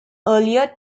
earlier